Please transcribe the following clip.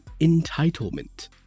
entitlement